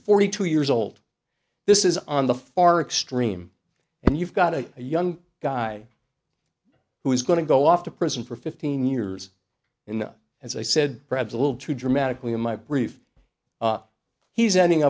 forty two years old this is on the far extreme and you've got a young guy who is going to go off to prison for fifteen years in the as i said perhaps a little too dramatically in my brief he's ending